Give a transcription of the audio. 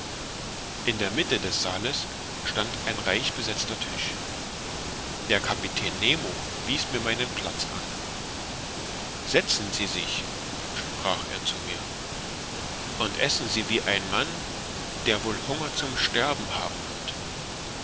in der mitte des saales stand ein reich besetzter tisch der kapitän nemo wies mir meinen platz an setzen sie sich sprach er zu mir und essen sie wie ein mann der wohl hunger zum sterben haben wird